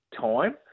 time